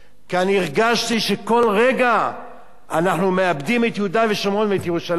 כי הרגשתי שכל רגע אנחנו מאבדים את יהודה ושומרון ואת ירושלים.